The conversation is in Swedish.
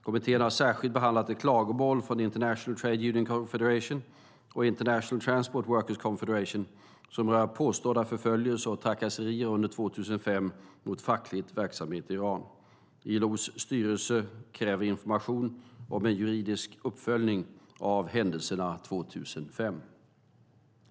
Kommittén har särskilt behandlat ett klagomål från International Trade Union Confederation och International Transport Workers' Confederation som rör påstådda förföljelser och trakasserier under 2005 mot facklig verksamhet i Iran. ILO:s styrelse krävde information om en juridisk uppföljning av händelserna 2005.